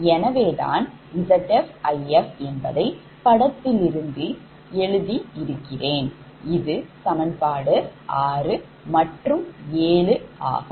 எனவேதான் ZfIfஎன்பதை படத்திலிருந்து எழுதியிருக்கிறோம் இது சமன்பாடு 6 மற்றும் 7 ஆகும்